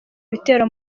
ibitero